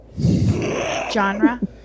Genre